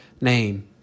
name